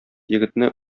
егетне